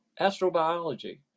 astrobiology